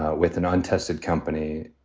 ah with an untested company.